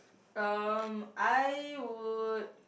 um I would